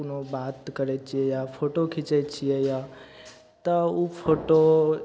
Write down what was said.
कोनो बात करय छियै या फोटो खीचय छियै या तऽ उ फोटो